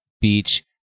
beach